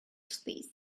space